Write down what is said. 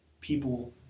people